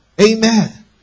Amen